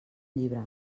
llibre